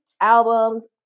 albums